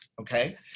Okay